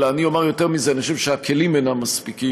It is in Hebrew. אלא אני אומר יותר מזה: אני חושב שהכלים אינם מספיקים,